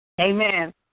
Amen